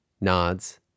nods